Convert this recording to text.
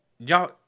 Y'all